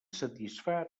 satisfà